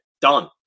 Done